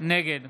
נגד